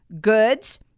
goods